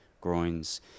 groins